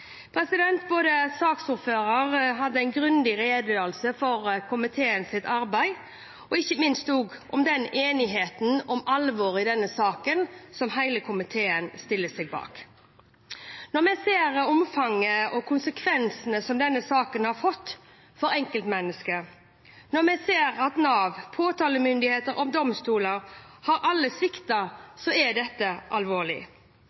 hadde en grundig redegjørelse om komiteens arbeid og ikke minst om enigheten om alvoret i denne saken, som hele komiteen stiller seg bak. Når vi ser omfanget av saken og konsekvensene som den har fått for enkeltmennesker, og når vi ser at Nav, påtalemyndigheter og domstolene alle har sviktet, er dette alvorlig.